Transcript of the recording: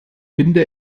binde